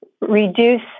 reduce